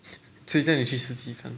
谁叫你去吃鸡饭